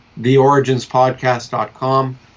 theoriginspodcast.com